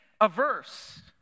averse